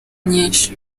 nyinshi